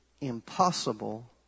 impossible